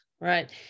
right